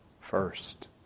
first